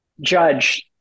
judge